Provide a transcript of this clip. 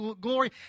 glory